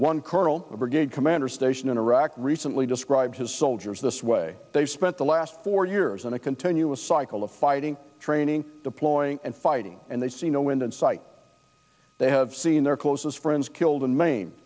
one colonel a brigade commander stationed in iraq recently described his soldiers this way they've spent the last four years in a continuous cycle of fighting training deploying and fighting and they see no wind in sight they have seen their closest friends killed and mai